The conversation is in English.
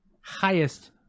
highest